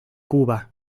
cuba